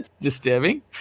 disturbing